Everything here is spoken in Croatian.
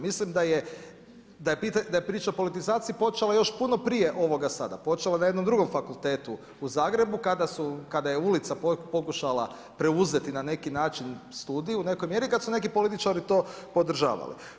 Mislim da je priča o politizaciji počela još puno prije ovoga sada, počela je na jednom drugom fakultetu u Zagrebu kada je ulica pokušala preuzeti na neki način studij u nekoj mjeri kad su neki političari to podržavali.